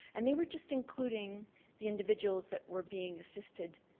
and they were just including the individuals that were being assisted,